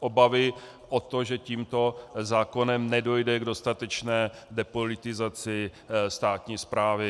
obavy o to, že tímto zákonem nedojde k dostatečné depolitizaci státní správy.